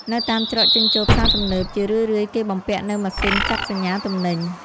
នៅតាមច្រកចេញចូលផ្សារទំនើប ជារឿយៗគេបំពាក់នូវម៉ាស៊ីនចាប់សញ្ញាទំនិញ។